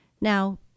Now